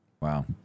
Wow